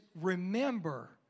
Remember